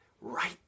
right